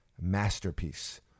masterpiece